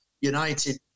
United